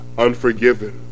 Unforgiven